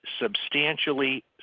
substantially